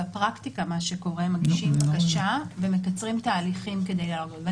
בפרקטיקה מה שקורה הוא שמגישים בקשה ומקצרים תהליכים כדי להראות.